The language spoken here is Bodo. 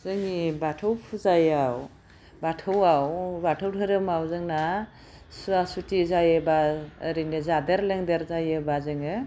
जोंनि बाथौ फुजायाव बाथौआव बाथौ दोहोरोमाव जोंना सुवा सुथि जायोबा ओरैनो जादेर लोंदेर जायोबा जोङो